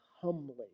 humbly